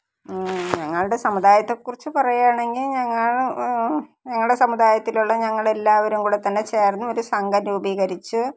ഞങ്ങൾടെ സമുദായത്തെ ക്കുറിച്ച് പറയുകയാണെങ്കിൽ ഞങ്ങൾ ഞങ്ങടെ സമുദായത്തിലുള്ള ഞങ്ങളെല്ലാവരും കൂടെ തന്നെ ചേർന്ന് ഒരു സംഘം രൂപീകരിച്ച്